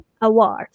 Award